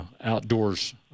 outdoors